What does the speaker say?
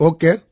Okay